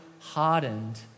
hardened